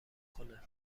کنه